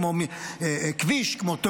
כמו כביש,